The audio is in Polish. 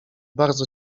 bardzo